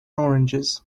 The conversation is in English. oranges